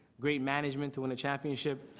great management to win a championship.